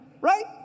Right